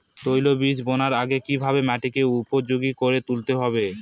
তৈলবীজ বোনার আগে কিভাবে মাটিকে উপযোগী করে তুলতে হবে?